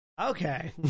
Okay